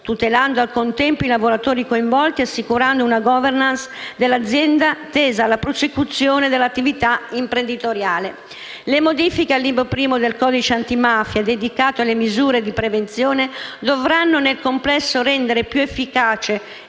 tutelando al contempo i lavoratori coinvolti e assicurando una *governance* dell'azienda tesa alla prosecuzione dell'attività imprenditoriale. Le modifiche al Libro I del codice antimafia, dedicato alle misure di prevenzione, dovranno nel complesso rendere più efficace